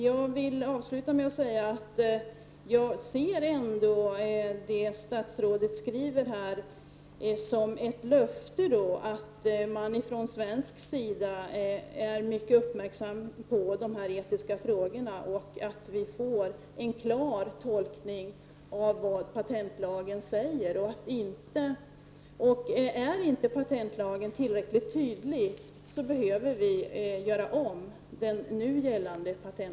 Jag vill avsluta med att säga att jag ändå ser det som statsrådet skriver som ett löfte om att man från svensk sida är mycket uppmärksam på dessa etiska frågor och att vi får en klar tolkning av vad patentlagen säger. Om gällande patentlag inte är tillräckligt tydlig skall den göras om.